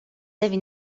tevi